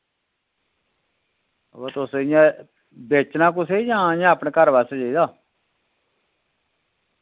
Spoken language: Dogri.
ओ तुस इयां बेचना कुसै जां इयां अपने घर आस्तै चाहिदा